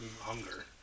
hunger